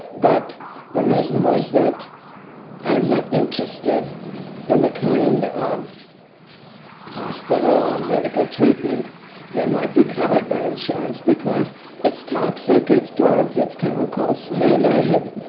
but the reason was that i'm not interested in a kind of hospital or medical treatment that might be covered by insurance because it's toxic, it's drugs, it's chemicals, and i have,